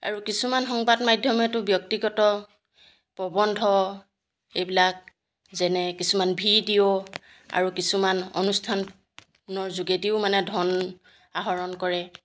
আৰু কিছুমান সংবাদ মাধ্যমেতো ব্যক্তিগত প্ৰবন্ধ এইবিলাক যেনে কিছুমান ভিডিঅ' আৰু কিছুমান অনুষ্ঠানৰ যোগেদিও মানে ধন আহৰণ কৰে